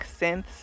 synths